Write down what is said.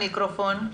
בבקשה,